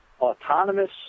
autonomous